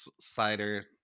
cider